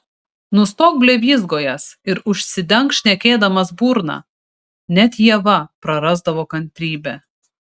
nustok blevyzgojęs ir užsidenk šnekėdamas burną net ieva prarasdavo kantrybę